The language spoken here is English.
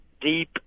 deep